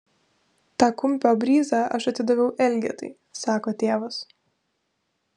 tą kumpio bryzą aš atidaviau elgetai sako tėvas